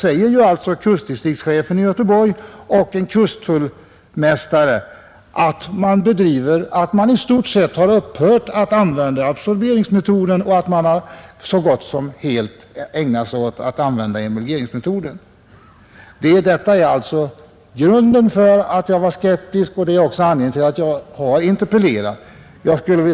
Där sade kustdistriktschefen i Göteborg och en kusttullmästare, att man i stort sett upphört att använda absorberingsmetoden och nu så gott som helt övergått till emulgeringsmetoden. Detta är skälet för att jag var skeptisk och anledningen till att jag interpellerat.